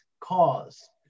cause